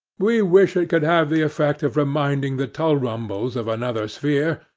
we wish it could have the effect of reminding the tulrumbles of another sphere,